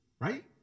right